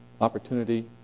opportunity